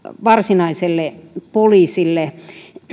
varsinaiselle poliisille